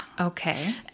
Okay